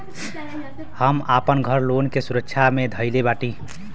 हम आपन घर लोन के सुरक्षा मे धईले बाटी